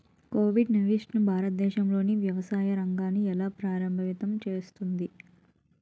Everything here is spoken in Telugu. కోవిడ్ నైన్టీన్ భారతదేశంలోని వ్యవసాయ రంగాన్ని ఎలా ప్రభావితం చేస్తుంది?